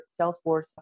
Salesforce